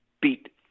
beat